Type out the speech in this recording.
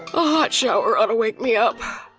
a hot shower ought to wake me up.